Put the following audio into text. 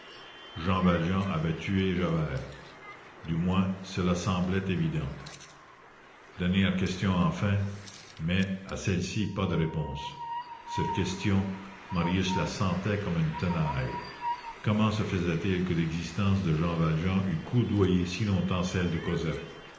jean valjean avait tué javert du moins cela semblait évident dernière question enfin mais à celle-ci pas de réponse cette question marius la sentait comme une tenaille comment se faisait-il que l'existence de jean valjean eût coudoyé si longtemps celle de cosette